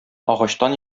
агачтан